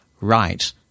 right